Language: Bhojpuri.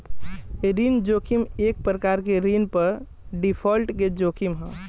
ऋण जोखिम एक प्रकार के ऋण पर डिफॉल्ट के जोखिम ह